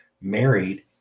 married